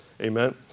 Amen